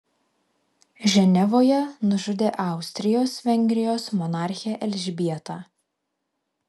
ženevoje nužudė austrijos vengrijos monarchę elžbietą